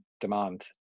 demand